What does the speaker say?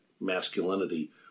masculinity